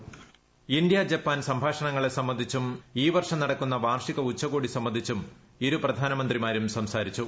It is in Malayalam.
വോയ്സ് ഇന്ത്യ ജപ്പാൻ സംഭാഷണങ്ങളെ സംബന്ധിച്ചും ഈ വർഷം നടക്കുന്ന വാർഷിക് ഉച്ചകോടി സംബന്ധിച്ചും ഇരു പ്രധാനമന്ത്രിമാരും സംസാരിച്ചു